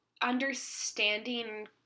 understanding